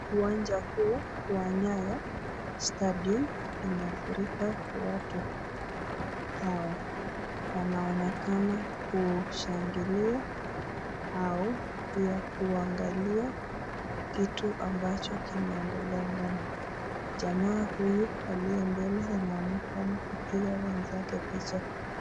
Uwanja huu wa nyayo stadium umefurika watu hawa, wanaonekana kushangilia au pia kuangalia kitu ambacho kinaendelea ndani, jamaa huyu aliye mbele anaonekana kupiga wenzake picha.